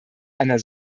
einer